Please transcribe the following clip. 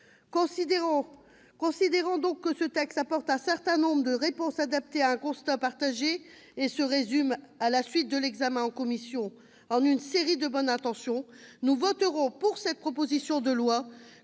Considérant qu'il apporte un certain nombre des réponses adaptées à un constat partagé et se résume, à la suite de l'examen en commission, en une série de bonnes intentions, nous voterons ce texte comme un